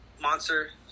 monster